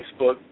Facebook